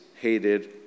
hated